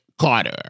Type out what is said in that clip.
Carter